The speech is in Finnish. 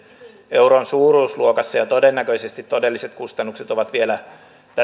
euron suuruusluokassa ja todennäköisesti todelliset kustannukset ovat vielä